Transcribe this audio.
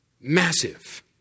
massive